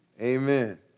Amen